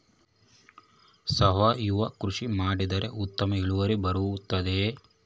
ಸಾವಯುವ ಕೃಷಿ ಮಾಡಿದರೆ ಉತ್ತಮ ಇಳುವರಿ ಬರುತ್ತದೆಯೇ?